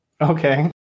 okay